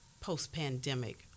post-pandemic